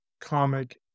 comic